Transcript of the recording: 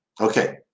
okay